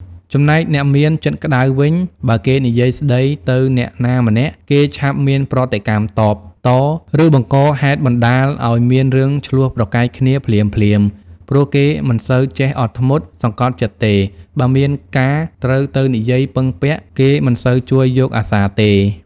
ចំណែកអ្នកមានចិត្តក្តៅវិញ បើគេនិយាយស្ដីទៅអ្នកណាម្នាក់ គេឆាប់មានប្រតិកម្មតបត ឫបង្កហេតុបណ្ដាលឲ្យមានរឿងឈ្លោះប្រកែកគ្នាភ្លាមៗ ព្រោះគេមិនសូវចេះអត់ធ្មត់ សង្កត់ចិត្តទេ បើមានការត្រូវទៅនិយាយពឹងពាក់ គេមិនសូវជួយយកអាសារទេ ។